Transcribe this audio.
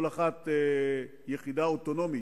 כל אחת יחידה אוטונומית,